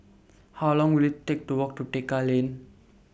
How Long Will IT Take to Walk to Tekka Lane